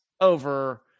over